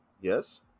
Yes